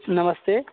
नमस्ते